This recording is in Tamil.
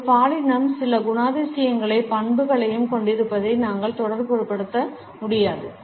ஒரு பாலினம் சில குணாதிசயங்களையும் பண்புகளையும் கொண்டிருப்பதை நாங்கள் தொடர்புபடுத்த முடியாது